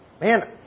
Man